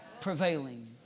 prevailing